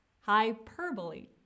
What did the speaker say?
hyperbole